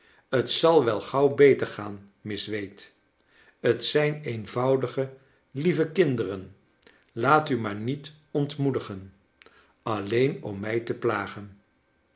t zal wel gauw beter gaan miss wade t zijn eenvoudige lieve kinderen laat u maar niet ontmoedigen alleen om mij te plagen